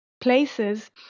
places